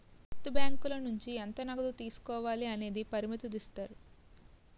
వ్యక్తి బ్యాంకుల నుంచి ఎంత నగదు తీసుకోవాలి అనేది పరిమితుదిస్తారు